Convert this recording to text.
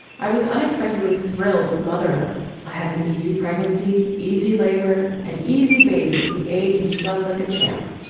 i was unexpectedly thrilled with motherhood. i had an easy pregnancy, easy labor and easy baby who eight and slept like a champ.